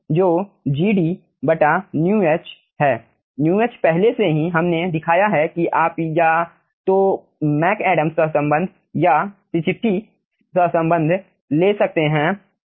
μh पहले से ही हमने दिखाया है कि आप या तो मैकएडम्स सहसंबंध या च्च्सिट्टी सहसंबंध ले सकते हैं